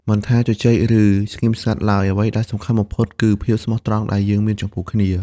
មិនថាជជែក ឬស្ងៀមស្ងាត់ឡើយ អ្វីដែលសំខាន់បំផុតគឺភាពស្មោះត្រង់ដែលយើងមានចំពោះគ្នា។